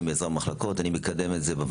אני אתן בבריף אחד.